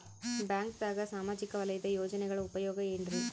ಬ್ಯಾಂಕ್ದಾಗ ಸಾಮಾಜಿಕ ವಲಯದ ಯೋಜನೆಗಳ ಉಪಯೋಗ ಏನ್ರೀ?